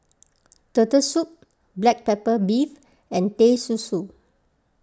Turtle Soup Black Pepper Beef and Teh Susu